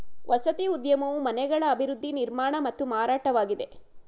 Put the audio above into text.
ವಸತಿ ಉದ್ಯಮವು ಮನೆಗಳ ಅಭಿವೃದ್ಧಿ ನಿರ್ಮಾಣ ಮತ್ತು ಮಾರಾಟವಾಗಿದೆ